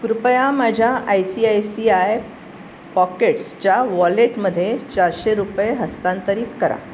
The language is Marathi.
कृपया माझ्या I C I C I पॉकेट्सच्या वॉलेटमध्ये चारशे रुपये हस्तांतरित करा